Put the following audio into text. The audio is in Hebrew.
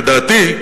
ודעתי,